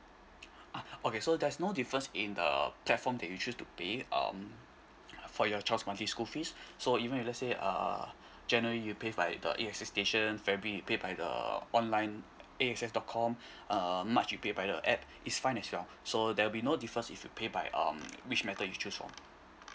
ah okay so there's no difference in uh platform that you choose to pay um for your child monthly school fees so even let's say uh january you pay by the A_X_S station february you pay by the uh online A_X_S dot com um march you pay by the app is fine as well so there will be no difference if you pay by um which method you choose from